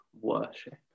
worship